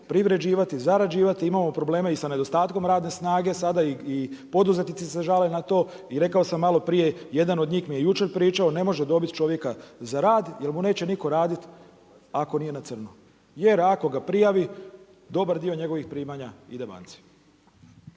privređivati, zarađivati. Imamo probleme i sa nedostatkom radne snage sada i poduzetnici se žale na to. I rekao sam malo prije jedan od njih mi je jučer pričao ne može dobit čovjeka za rad, jer mu neće nitko raditi ako nije na crno. Jer ako ga prijavi dobar dio njegovih primanja ide banci.